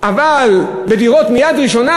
אבל בדירות מיד ראשונה,